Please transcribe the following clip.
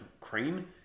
Cream